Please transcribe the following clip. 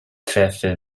träfe